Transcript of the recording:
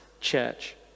church